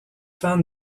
fan